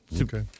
Okay